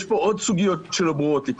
יש פה עוד סוגיות שלא ברורות לי,